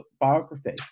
biography